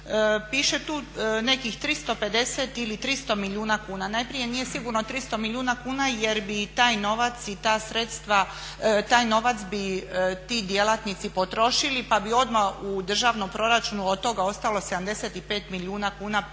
Piše tu nekih 350 ili 300 milijuna kuna. Najprije nije sigurno 300 milijuna kuna jer bi i taj novac i ta sredstva, taj novac bi ti djelatnici potrošili, pa bi odmah u državnom proračunu od toga ostalo 75 milijuna kuna